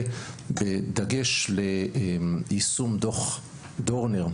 בדגש על יישום דוח דורנר,